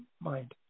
mind